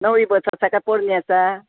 नवी बस आसा काय पोरनी आसा